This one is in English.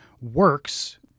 works